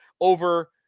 over